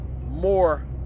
more